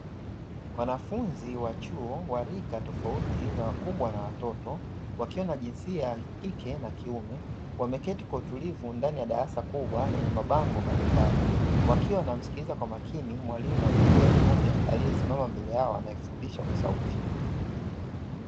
Wanafunzi wa chuo wa rika tofauti la wakubwa na watoto wakiwa na jinsia ya kike na kiume wameketi kwa utulivu ndani ya darasa kubwa lenye mabango mbalimbali, wakiwa wanamsikiliza kwa makini mwalimu wa jinsia ya kiume akisimama mbele yao anayefundisha kwa sauti.